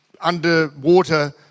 underwater